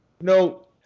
No